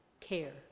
care